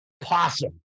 Possum